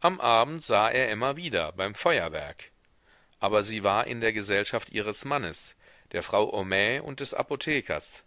am abend sah er emma wieder beim feuerwerk aber sie war in der gesellschaft ihres mannes der frau homais und des apothekers